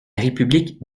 république